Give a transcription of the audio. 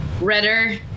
redder